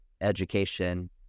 education